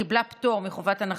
היא קיבלה פטור מחובת הנחה,